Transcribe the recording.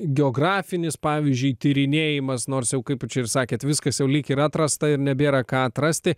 geografinis pavyzdžiui tyrinėjimas nors jau kaip čia ir sakėt viskas jau lyg ir atrasta ir nebėra ką atrasti